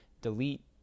delete